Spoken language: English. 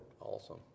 Awesome